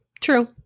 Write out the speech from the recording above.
True